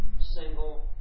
single